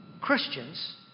Christians